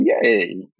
yay